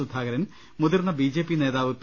സുധാകരൻ മുതിർന്ന B J P നേതാവ് P